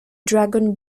dragon